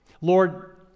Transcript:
Lord